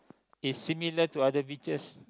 is similar to other beaches